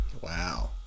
Wow